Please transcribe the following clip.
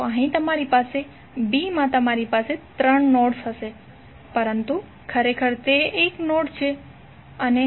તો અહીં તમારી પાસે bમાં તમારી પાસે ત્રણ નોડ્સ હશે પરંતુ ખરેખર તે એક નોડ તરીકે માનવામાં આવે છે